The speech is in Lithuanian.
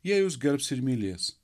jie jus gerbs ir mylės